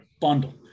bundle